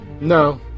No